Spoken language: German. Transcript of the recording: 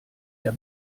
der